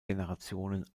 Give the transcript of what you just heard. generationen